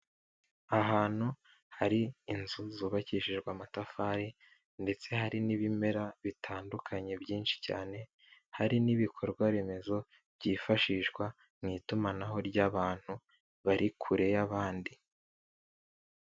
Ahantu hari inzu zubakishijwe amatafari ndetse hari n'ibimera bitandukanye byinshi cyane, hari n'ibikorwa remezo byifashishwa mu itumanaho ry'abantu bari kure y'abandi.